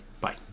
Bye